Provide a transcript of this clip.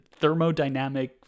thermodynamic